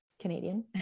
Canadian